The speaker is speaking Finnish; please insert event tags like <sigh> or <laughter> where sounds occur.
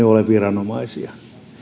<unintelligible> ole viranomaisia